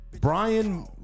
Brian